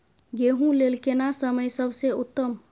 गेहूँ लेल केना समय सबसे उत्तम?